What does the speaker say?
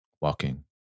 walking